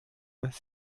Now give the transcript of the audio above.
sind